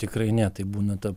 tikrai ne tai būna ta